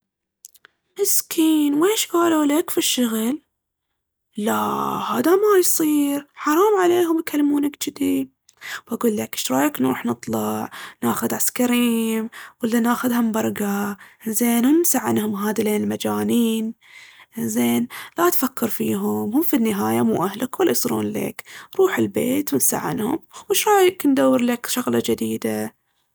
لا هذا ما يصير حرام عليهم يكلمونك جذي. بقول ليك شرياك نروح نطلع ناخذ عسكريم ولا ناخذ همبرقا انزين وننسى عنهم هاذيلين المجانين. انزين لا تفكر فيهم، هم في النهاية مو أهلك ولا يصيرون ليك. روح البيت وانسى عنهم، وشرايك ندور ليك شغلة جديدة؟